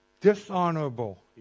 dishonorable